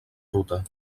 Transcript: ruta